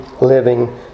living